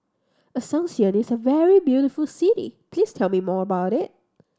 Asuncion is a very beautiful city please tell me more about it